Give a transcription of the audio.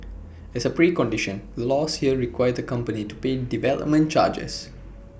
as A precondition the laws here require the company to pay development charges